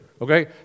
Okay